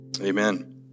Amen